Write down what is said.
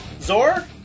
Zor